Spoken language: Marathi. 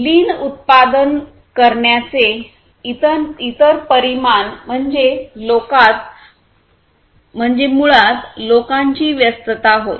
लीन उत्पादन करण्याचे इतर परिमाण म्हणजे मुळात लोकांची व्यस्तता होय